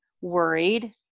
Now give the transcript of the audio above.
worried